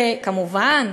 וכמובן,